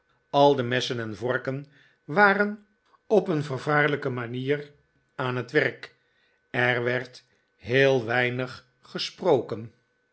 al de messen en vorken waren op een vervaarlijke manier aan het werk er werd heel weinig gesproken